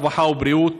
הרווחה והבריאות,